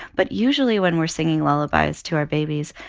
but usually, when we're singing lullabies to our babies,